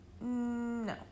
no